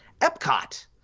Epcot